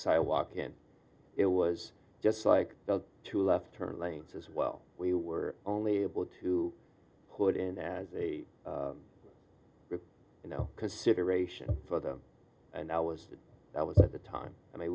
sigh walk in it was just like two left turn lanes as well we were only able to put in as a with no consideration for them and i was that was at the time and